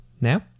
Now